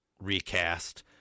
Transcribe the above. recast